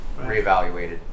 reevaluated